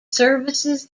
services